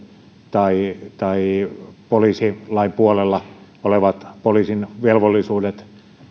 tai tai poliisilain puolella olevat poliisin velvollisuudet